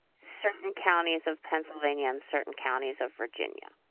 certain counties of pennsylvania and certain counties of virginia.